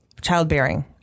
childbearing